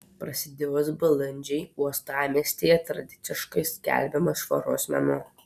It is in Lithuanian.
prasidėjus balandžiui uostamiestyje tradiciškai skelbiamas švaros mėnuo